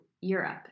Europe